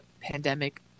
pandemic